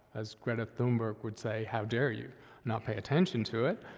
as greta thunberg would say, how dare you not pay attention to it?